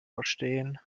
verstehen